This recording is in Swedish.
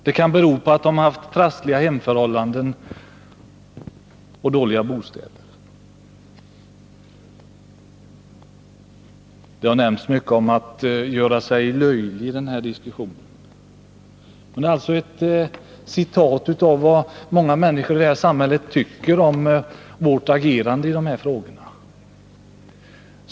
Det kan bero på att de haft trassliga hemförhållanden och dåliga bostäder. Det har i den här diskussionen talats mycket om att göra sig löjlig. Det är ett återgivande av vad många människor i det här samhället tycker om vårt agerande i dessa frågor.